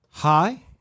Hi